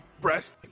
breast